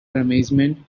amazement